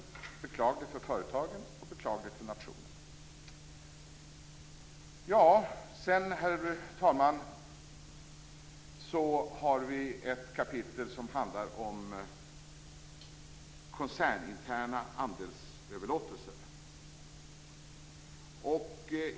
Det är beklagligt för företagen, och det är beklagligt för nationen. Herr talman! Sedan har vi ett kapitel som handlar om koncerninterna handelsöverlåtelser.